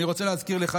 אני רוצה להזכיר לך,